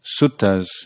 suttas